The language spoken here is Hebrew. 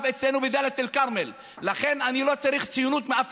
גברתי חברת הכנסת ברקו, אני הגשתי,